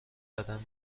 قدم